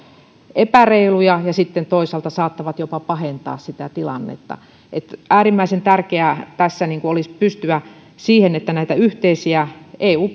epäreiluja ja sitten toisaalta saattavat jopa pahentaa sitä tilannetta äärimmäisen tärkeää tässä olisi pystyä siihen että näitä yhteisiä eu